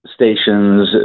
stations